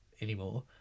anymore